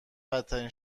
بدترین